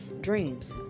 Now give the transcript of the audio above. dreams